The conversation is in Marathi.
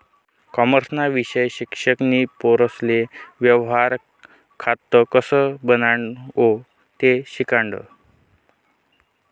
कॉमर्सना विषय शिक्षक नी पोरेसले व्यवहार खातं कसं बनावो ते शिकाडं